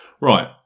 Right